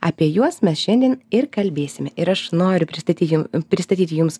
apie juos mes šiandien ir kalbėsime ir aš noriu pristatyt jum pristatyti jums